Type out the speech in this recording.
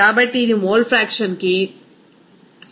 కాబట్టి ఇది mole fraction 0